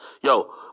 Yo